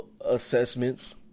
assessments